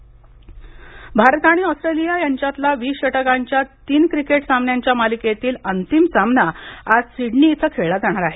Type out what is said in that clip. cricket Bharat आणि Australia यांच्यातला वीस षटकांच्या तीन क्रिकेट सामन्यांच्या मालिकेतील अंतिम सामना आज सिडनी इथं खेळला जाणार आहे